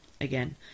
again